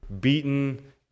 beaten